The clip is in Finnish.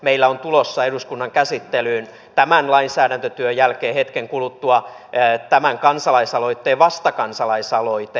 meillä on tulossa eduskunnan käsittelyyn tämän lainsäädäntötyön jälkeen hetken kuluttua tämän kansalaisaloitteen vastakansalaisaloite